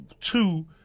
two